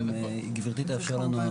אם גברתי תאפשר לנו,